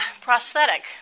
prosthetic